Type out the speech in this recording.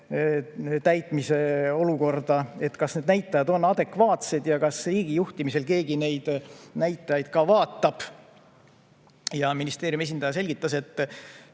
täitmise olukorda, kas need näitajad on adekvaatsed ja kas riigi juhtimisel keegi neid näitajaid ka vaatab. Ministeeriumi esindaja selgitas, et